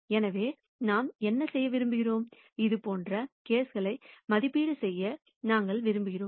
எனவே நாம் என்ன செய்ய விரும்புகிறோம் இது போன்ற கேஸ்களை மதிப்பீடு செய்ய நாங்கள் விரும்புகிறோம்